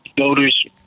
voters